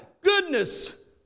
goodness